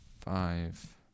five